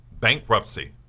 bankruptcy